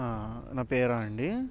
నా పేరా అండి